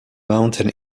mountain